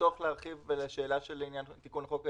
צורך להרחיב לשאלה לעניין תיקון חוק היסוד?